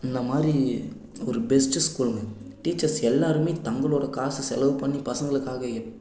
இந்தமாதிரி ஒரு பெஸ்ட்டு ஸ்கூலுங்க டீச்சர்ஸ் எல்லோருமே தங்களோட காசு செலவு பண்ணி பசங்களுக்காக